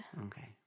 Okay